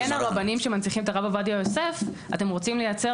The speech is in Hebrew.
הרבנים שמנציחים את הרב עובדיה יוסף אתם רוצים לייצר